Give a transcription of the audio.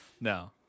No